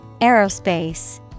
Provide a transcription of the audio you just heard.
Aerospace